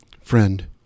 friend